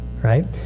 right